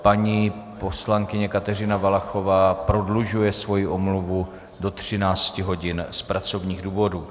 Paní poslankyně Kateřina Valachová prodlužuje svoji omluvu do 13 hodin z pracovních důvodů.